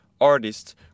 artists